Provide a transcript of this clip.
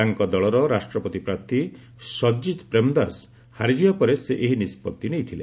ତାଙ୍କ ଦଳର ରାଷ୍ଟ୍ରପତି ପ୍ରାର୍ଥୀ ସଜିତ ପ୍ରେମଦାସ ହାରିଯିବା ପରେ ସେ ଏହି ନିଷ୍ପଭି ନେଇଥିଲେ